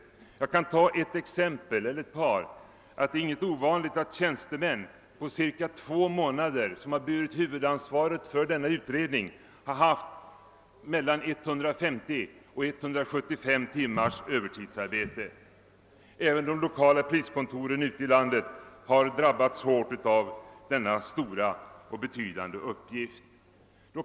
Jag kan ta ett par exempel. Det var inte ovanligt att tjänstemän som bar ansvaret för denna utredning under ca två månader hade 150—175 timmars övertidsarbete. Även de lokala priskontoren har naturligtvis drabbats hårt av denna stora och betydande arbetsuppgift.